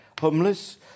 homeless